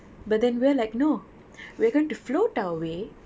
but then we're like no we're going to float our way